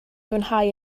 fwynhau